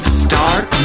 start